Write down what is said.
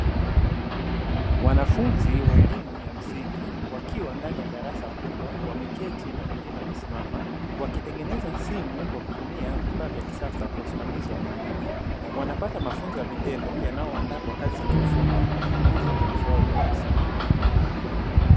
Wanafunzi wa elimu ya msingi wakiwa ndani ya darasa kubwa wameketi na mwingine amesimama. Wakitengenza simu kwa kutumia vifaa vya kisasa kwa usimamizi wa mwalimu, wanapata mafunzo ya vitendo yanayowaandaa kwa kazi za kiufundi na kukuza ubunifu wao binafsi.